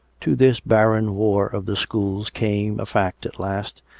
to this barren war of the schools came a fact at last,